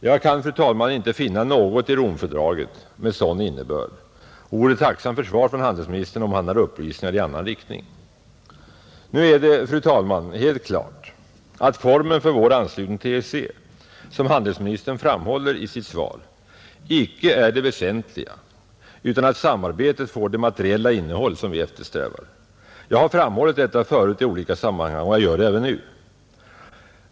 Jag kan icke finna något i Romfördraget med sådan innebörd och vore tacksam för svar från handelsministern om han har upplysningar i annan riktning. Nu är det, fru talman, helt klart att formen för vår anslutning till EEC, som handelsministern framhåller i sitt svar, icke är det väsentliga utan att samarbetet får det materiella innehåll som vi eftersträvar. Jag har framhållit detta förut i olika sammanhang och gör det även nu.